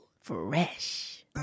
Fresh